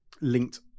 linked